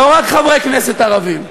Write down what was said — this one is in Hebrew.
לא רק חברי כנסת ערבים,